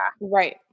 right